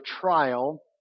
trial